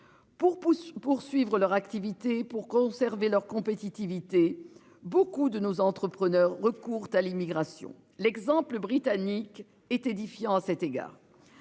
pour poursuivre leur activité pour conserver leur compétitivité. Beaucoup de nos entrepreneurs recours à l'immigration. L'exemple britannique est édifiant, à cet égard.